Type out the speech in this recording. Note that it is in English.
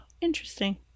interesting